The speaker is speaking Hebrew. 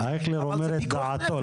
אייכלר אומר את דעתו,